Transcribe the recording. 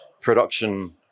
production